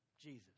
jesus